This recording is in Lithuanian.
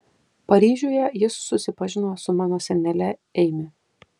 paryžiuje jis susipažino su mano senele eimi